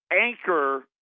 anchor